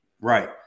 right